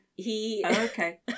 okay